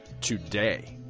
today